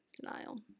Denial